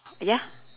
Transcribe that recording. ya